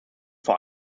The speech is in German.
vor